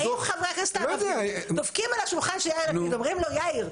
האם חברי הכנסת הערביים דופקים על השולחן של יאיר לפיד אומרים לו "יאיר,